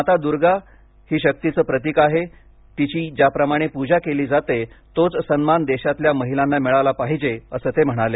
माता दुर्गा ही शक्तीचं प्रतिक आहे तिची ज्याप्रमाणे पूजा केली जाते तोच सन्मान देशातल्या महिलांना मिळाला पाहिजे असं ते म्हणाले